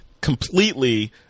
completely